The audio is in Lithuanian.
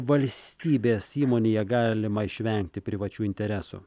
valstybės įmonėje galima išvengti privačių interesų